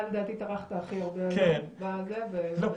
תיכף נגיע ליתר אלה שביקשו לדבר,